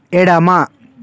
ఎడమ